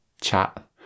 chat